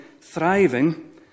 thriving